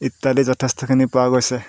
ইত্যাদি যথেষ্টখিনি পোৱা গৈছে